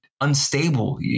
unstable